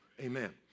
Amen